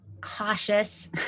cautious